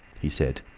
he said.